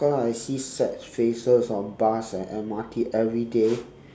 cause I see sad faces on bus and M_R_T everyday